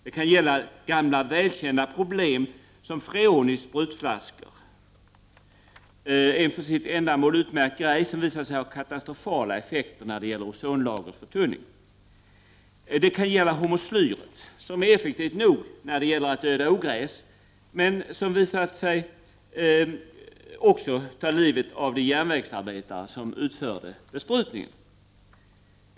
Det kan gälla gamla välkända problem som freon i sprutflaskor, en för sitt ändamål utmärkt grej, som visat sig ha katastrofala effekter när det gäller ozonlagrets uttunning: det kan gälla hormoslyret, som är effektivt nog när det gäller att döda ogräs, men som visade sig också ta livet av de järnvägsarbetare som utförde besprutningen.